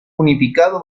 unificado